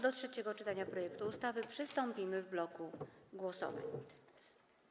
Do trzeciego czytania projektu ustawy przystąpimy w bloku głosowań.